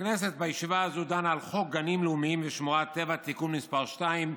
הכנסת בישיבה הזו דנה על חוק גנים לאומיים ושמורות טבע (תיקון מס' 2),